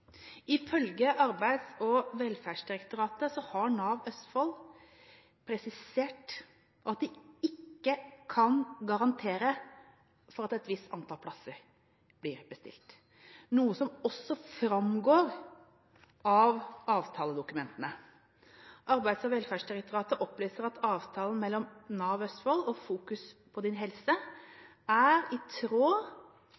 Ifølge Arbeids- og velferdsdirektoratet har Nav Østfold presisert at de ikke kan garantere for at et visst antall plasser blir bestilt, noe som også framgår av avtaledokumentene. Arbeids- og velferdsdirektoratet opplyser at avtalen mellom Nav Østfold og Fokus På Din Helse